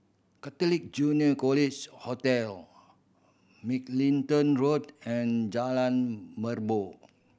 Catholic Junior College Hostel Mugliston Road and Jalan Merbok